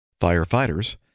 firefighters